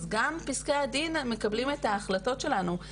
אז גם בפסקי הדין בית המשפט מקבל את ההחלטות שלנו,